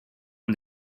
and